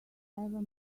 ever